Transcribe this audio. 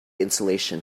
insulation